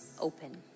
open